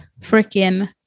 freaking